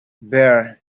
bare